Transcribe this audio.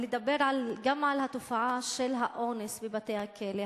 נדבר גם על התופעה של האונס בבתי-הכלא,